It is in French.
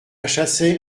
chassait